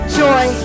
joy